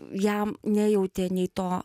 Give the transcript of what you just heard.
jam nejautė nei to